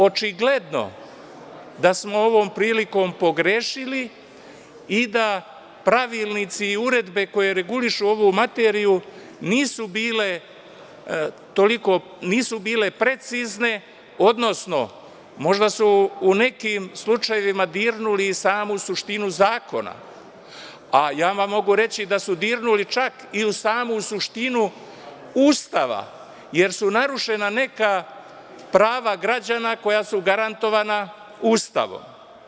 Očigledno da smo ovom prilikom pogrešili i da pravilnici i uredbe koje regulišu ovu materiju nisu bile precizne, odnosno možda su u nekim slučajevima dirnuli i samu suštinu zakona, a ja vam mogu reći da su dirnuli čak i u samu suštinu Ustava, jer su narušena neka prava građana koja su garantovana Ustavom.